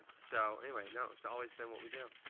so anyway, no, it's always been what we do.